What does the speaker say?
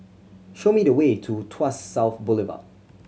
show me the way to Tuas South Boulevard